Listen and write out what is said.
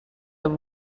have